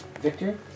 Victor